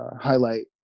highlight